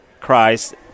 Christ